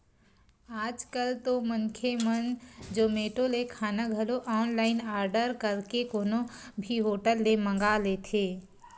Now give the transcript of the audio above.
आज कल तो मनखे मन जोमेटो ले खाना घलो ऑनलाइन आरडर करके कोनो भी होटल ले मंगा लेथे